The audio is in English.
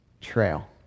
trail